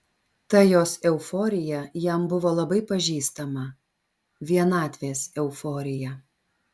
ta jos euforija jam buvo labai pažįstama vienatvės euforija